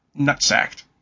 nutsacked